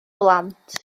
blant